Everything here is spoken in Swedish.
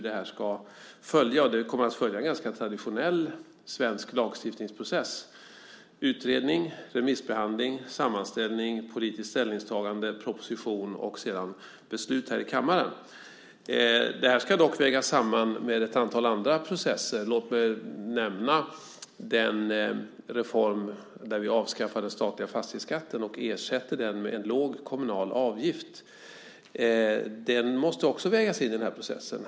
Den kommer att följa en traditionell svensk lagstiftningsprocess, det vill säga utredning, remissbehandling, sammanställning, politiskt ställningstagande, proposition och sedan beslut i kammaren. Det här ska dock vägas samman med ett antal andra processer. Låt mig nämna den reform där vi avskaffar den statliga fastighetsskatten och ersätter den med en låg kommunal avgift. Den måste också vägas in i processen.